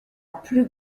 plus